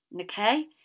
Okay